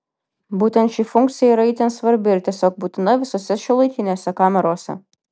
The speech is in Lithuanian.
būtent ši funkcija yra itin svarbi ir tiesiog būtina visose šiuolaikinėse kamerose